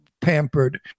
pampered